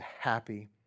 happy